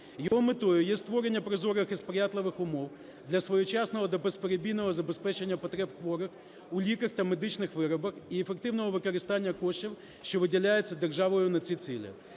Його метою є створення прозорих і сприятливих умов для своєчасного та безперебійного забезпечення потреб хворих у ліках та медичних виробах і ефективного використання коштів, що виділяються державою на ці цілі.